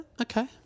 Okay